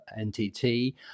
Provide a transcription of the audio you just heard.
ntt